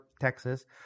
Texas